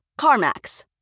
CarMax